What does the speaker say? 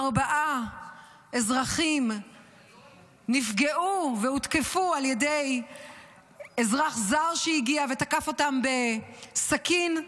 ארבעה אזרחים נפגעו והותקפו על ידי אזרח זר שהגיע ותקף אותם בסכין.